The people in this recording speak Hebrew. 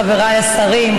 חבריי השרים,